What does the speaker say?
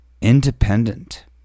independent